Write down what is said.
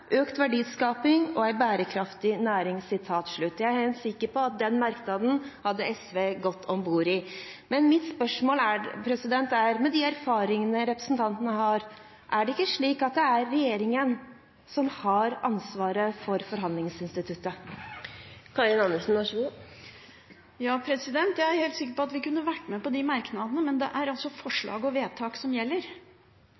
økt verdiskaping og ei bærekraftig næring.» Jeg er helt sikker på at den merknaden hadde SV gått om bord i! Men mitt spørsmål er: Med de erfaringene representanten har, er det ikke slik at det er regjeringen som har ansvaret for forhandlingsinstituttet? Ja, jeg er helt sikker på at vi kunne vært med på de merknadene, men det er altså